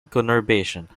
conurbation